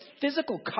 physical